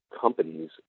companies